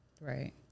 Right